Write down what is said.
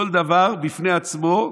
כל דבר בפני עצמו.